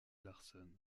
larsson